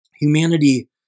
humanity